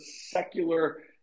secular